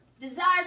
desires